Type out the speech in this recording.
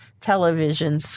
television